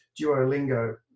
duolingo